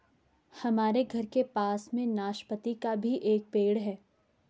हमारे घर के पास में नाशपती का भी एक पेड़ है